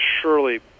surely